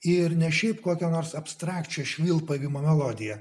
ir ne šiaip kokia nors abstrakčia švilpavimo melodiją